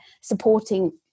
supporting